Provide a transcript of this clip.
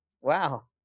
Wow